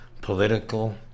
political